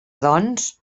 doncs